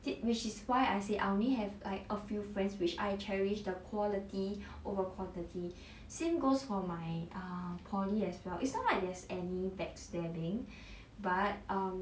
which is why I say I only have like a few friends which I cherish the quality over quantity same goes for my err poly as well it's not like there's any backstabbing but um